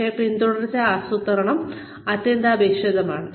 അതിനാൽ പിന്തുടർച്ച ആസൂത്രണം അത്യന്താപേക്ഷിതമാണ്